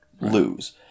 lose